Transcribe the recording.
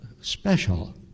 special